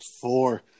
four